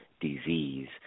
disease